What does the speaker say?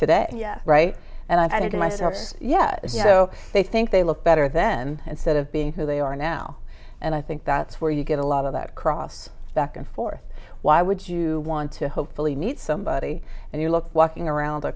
today yes right and i didn't myself yet so they think they look better then instead of being who they are now and i think that's where you get a lot of that cross back and forth why would you want to hopefully meet somebody and you look walking around a